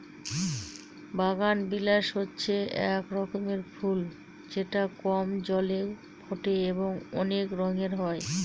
বাগানবিলাস হচ্ছে এক রকমের ফুল যেটা কম জলে ফোটে এবং অনেক রঙের হয়